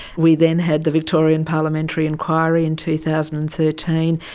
we then had the victorian parliamentary inquiry in two thousand and thirteen,